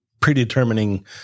predetermining